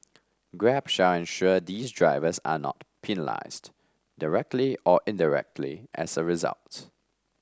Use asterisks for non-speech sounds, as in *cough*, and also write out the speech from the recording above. grab shall ensure these drivers are not *unintelligible* directly or indirectly as a results